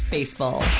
Baseball